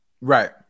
Right